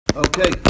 Okay